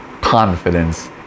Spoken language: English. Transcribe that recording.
confidence